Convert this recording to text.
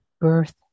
birth